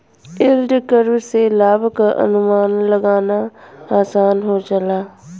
yield curve से लाभ क अनुमान लगाना आसान हो जाला